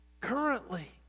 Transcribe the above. Currently